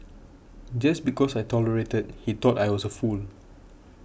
just because I tolerated he thought I was a fool